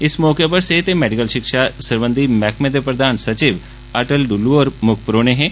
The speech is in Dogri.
इस मौके सेहत ते मैडिकल शिक्षा सरबंधी मैहकमे दे प्रधान सचिव अटल डुल्लू होर मुक्ख परौहने हे